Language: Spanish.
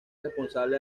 responsable